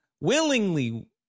willingly